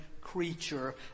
creature